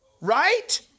Right